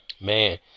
Man